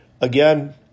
again